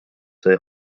sai